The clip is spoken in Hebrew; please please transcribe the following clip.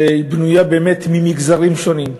שבנויה באמת ממגזרים שונים,